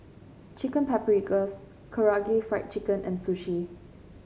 Chicken Paprikas Karaage Fried Chicken and Sushi